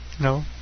No